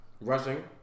Rushing